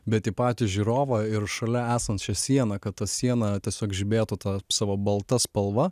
bet į patį žiūrovą ir šalia esančią sieną kad ta siena tiesiog žibėtų tą savo balta spalva